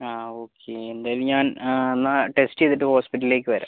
ആ ഓക്കെ എന്തായാലും ഞാൻ എന്നാൽ ടെസ്റ്റ് ചെയ്തിട്ട് ഹോസ്പിറ്റലിലേക്ക് വരാം